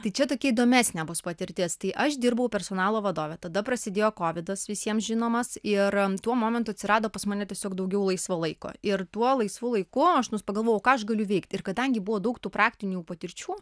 tai čia tokia įdomesnė bus patirtis tai aš dirbau personalo vadove tada prasidėjo kovidas visiems žinomas ir tuo momentu atsirado pas mane tiesiog daugiau laisvo laiko ir tuo laisvu laiku aš nus pagalvojau ką aš galiu veikt ir kadangi buvo daug tų praktinių patirčių